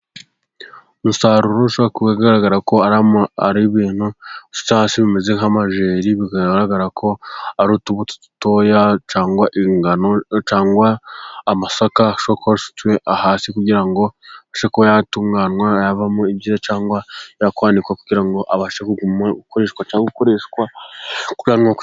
Umusaruro ushaka ku bigaragara ko arimo ari ibintu twatsi bimeze nk'amajeri bigaragara ko arirutubuto dutoya cyangwa ingano, cyangwa amasaka ashobora kuba asutswe hasi kugira ngo abashe kuba yatunganywa havamo ibyiza, cyangwa yakwandikwa kugira ngo abashe gukoreshwa cyangwa gukoreshwa.